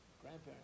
grandparents